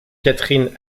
catherine